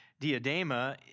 diadema